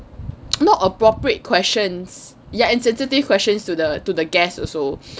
not appropriate questions ya insensitive questions to the to the guests also